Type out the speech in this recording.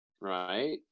Right